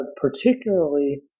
particularly